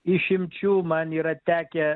išimčių man yra tekę